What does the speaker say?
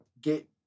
get